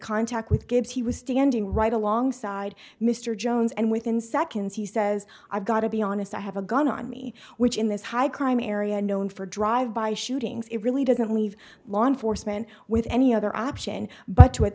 contact with gibbs he was standing right alongside mr jones and within seconds he says i've got to be honest i have a gun on me which in this high crime area known for drive by shootings it really doesn't leave law enforcement with any other option but to at